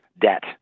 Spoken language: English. debt